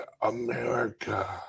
america